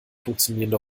funktionierende